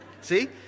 See